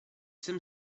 jsem